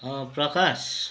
प्रकाश